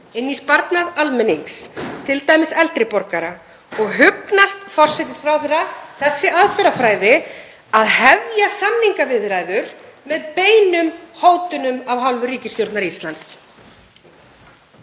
inn í sparnað almennings, t.d. eldri borgara, og hugnast forsætisráðherra þessi aðferðafræði, að hefja samningaviðræður með beinum hótunum af hálfu ríkisstjórnar Íslands?